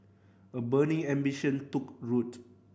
a burning ambition took root